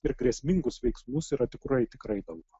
ir grėsmingus veiksmus yra tikrai tikrai daug